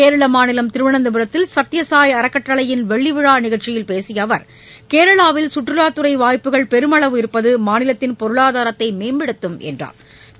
கேரளமாநிலம் திருவனந்தபுரத்தில் சத்யசாய் ஆறக்கட்டளையின் வெள்ளிவிழாநிகழ்ச்சியில் பேசியஅவர் கேரளாவில் கற்றுவாத்துறைவாய்ப்புகள் பெருமளவு இருப்பதுமாநிலத்தின் பொருளாதாரத்தைமேம்படுத்தும் என்றா்